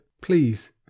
Please